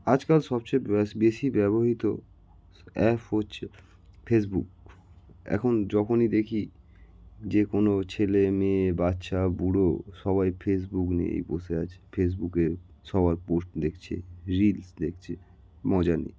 আজকাল সবচেয়ে বেশি ব্যবহৃত অ্যাপ হচ্ছে ফেসবুক এখন যখনই দেখি যে কোনো ছেলে মেয়ে বাচ্চা বুড়ো সবাই ফেসবুক নিয়েই বসে আছে ফেসবুকে সবার পোস্ট দেখছে রিলস দেখছে মজা নিচ্ছে